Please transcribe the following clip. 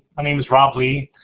my name's rob lee.